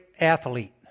athlete